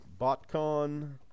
Botcon